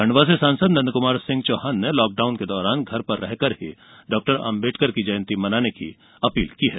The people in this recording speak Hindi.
खंडवा से सांसद नंद कुमार सिंह चौहान ने लॉकडाउन के दौरान घर पर रहकर डॉक्टर आंबेडकर की जयंती मनाने की अपील की है